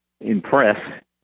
impress